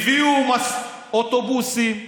הביאו אוטובוסים,